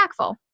impactful